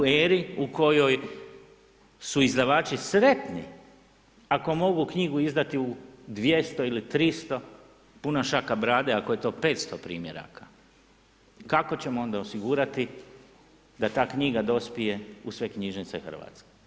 U eri u kojoj su izdavači sretni ako mogu knjigu izdati u 200 ili 300, puna šaka brade ako je to 500 primjeraka, kako ćemo onda osigurati da ta knjiga dospije u sve knjižnice Hrvatske?